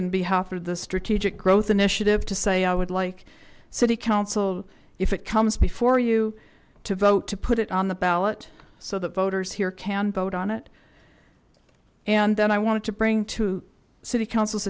and behalf of the strategic growth initiative to say i would like city council if it comes before you to vote to put it on the ballot so that voters here can vote on it and then i wanted to bring to city council's